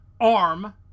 arm